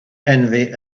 envy